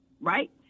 right